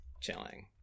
chilling